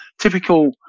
typical